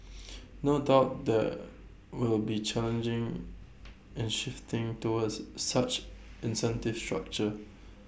no doubt there will be challenging in shifting towards such incentive structure